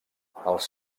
els